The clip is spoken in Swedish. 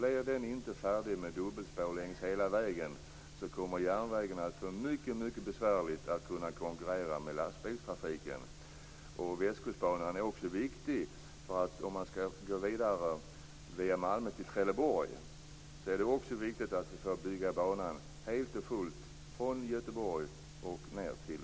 Blir den inte färdig med dubbelspår hela vägen kommer järnvägen att få det mycket besvärligt att konkurrera med lastbilstrafiken. Om man skall gå vidare via Malmö till Trelleborg är det också viktigt att vi får bygga banan helt och fullt från Göteborg ned till